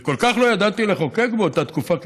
וכל כך לא ידעתי לחוקק באותה תקופה,